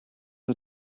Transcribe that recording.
are